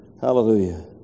Hallelujah